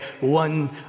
one